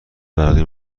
برقی